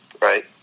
right